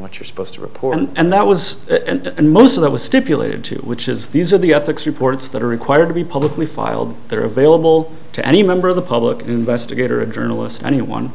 what you're supposed to report and that was that and most of that was stipulated to which is these are the ethics reports that are required to be publicly filed that are available to any member of the public investigator a journalist anyone